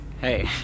Hey